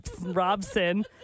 Robson